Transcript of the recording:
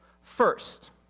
First